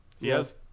Yes